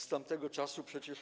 Z tamtego czasu przecież